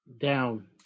Down